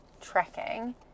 tracking